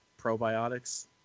probiotics